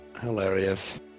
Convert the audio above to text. Hilarious